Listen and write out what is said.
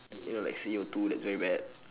you know like C_O two that's very bad